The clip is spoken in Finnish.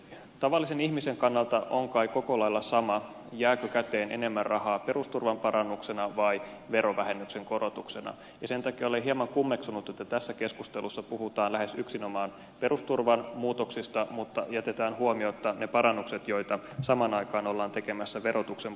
tavallisen ihmisen kannalta on kai koko lailla sama jääkö käteen enemmän rahaa perusturvan parannuksena vai verovähennyksen korotuksena ja sen takia olen hieman kummeksunut että tässä keskustelussa puhutaan lähes yksinomaan perusturvan muutoksista mutta jätetään huomiotta ne parannukset joita samaan aikaan ollaan tekemässä verotuksen puolella